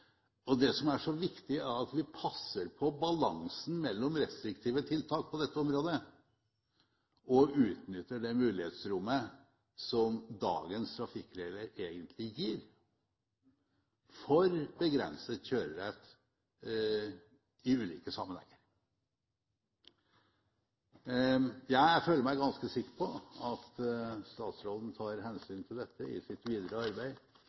interesser. Det som er så viktig, er at vi passer på balansen mellom restriktive tiltak på dette området, og utnytter det mulighetsrommet som dagens trafikkregler egentlig gir for begrenset kjørerett i ulike sammenhenger. Jeg føler meg ganske sikker på at statsråden tar hensyn til dette i sitt videre arbeid